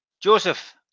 Joseph